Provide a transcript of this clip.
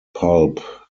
pulp